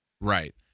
Right